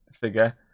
figure